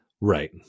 Right